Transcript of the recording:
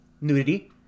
nudity